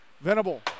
Venable